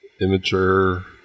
immature